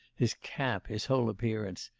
his cap, his whole appearance.